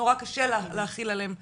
נורא קשה להחיל עליהם אכיפה,